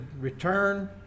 return